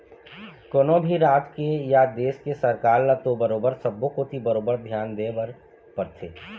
कोनो भी राज के या देश के सरकार ल तो बरोबर सब्बो कोती बरोबर धियान देय बर परथे